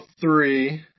three